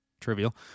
trivial